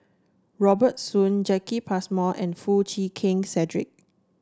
Robert Soon Jacki Passmore and Foo Chee Keng Cedric